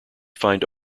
find